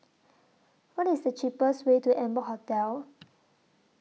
What IS The cheapest Way to Amber Hotel